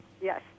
Yes